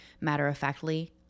matter-of-factly